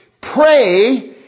pray